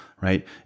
right